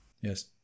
Yes